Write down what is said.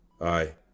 Aye